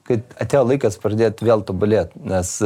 kad atėjo laikas pradėt vėl tobulėt nes